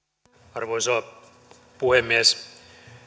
arvoisa puhemies